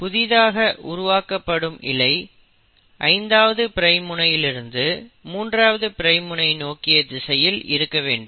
புதிதாக உருவாக்கப்படும் இழை 5ஆவது பிரைம் முனையிலிருந்து 3ஆவது பிரைம் முனை நோக்கிய திசையில் இருக்க வேண்டும்